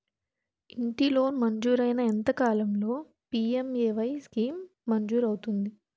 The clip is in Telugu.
ఇంటి లోన్ మంజూరైన ఎంత కాలంలో పి.ఎం.ఎ.వై స్కీమ్ మంజూరు అవుతుంది?